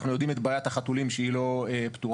אנחנו יודעים את בעיית החתולים שהיא לא פתורה.